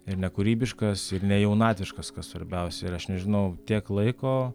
ir nekūrybiškas ir nejaunatviškas kas svarbiausia ir aš nežinau tiek laiko